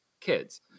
kids